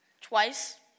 twice